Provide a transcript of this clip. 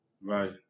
Right